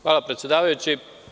Hvala, predsedavajući.